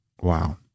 Wow